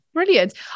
brilliant